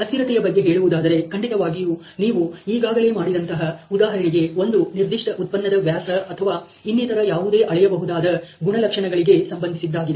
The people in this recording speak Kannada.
ಅಸ್ಥಿರತೆಯ ಬಗ್ಗೆ ಹೇಳುವುದಾದರೆ ಖಂಡಿತವಾಗಿಯೂ ನೀವು ಈಗಾಗಲೇ ಮಾಡಿದಂತಹ ಉದಾಹರಣೆಗೆ ಒಂದು ನಿರ್ದಿಷ್ಟ ಉತ್ಪನ್ನದ ವ್ಯಾಸ ಅಥವಾ ಇನ್ನಿತರ ಯಾವುದೇ ಅಳೆಯಬಹುದಾದ ಗುಣಲಕ್ಷಣಗಳಿಗೆ ಸಂಬಂಧಿಸಿದ್ದಾಗಿದೆ